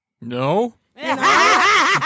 No